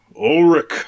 Ulrich